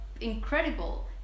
incredible